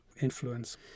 influence